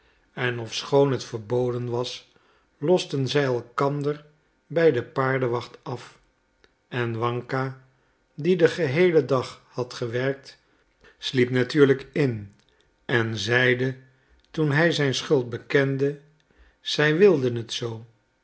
en ofschoon het verboden was losten zij elkander bij de paardenwacht af en wanka die den geheelen dag had gewerkt sliep natuurlijk in en zeide toen hij zijn schuld bekende zij wilden het zoo